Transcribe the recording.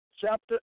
chapter